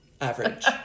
average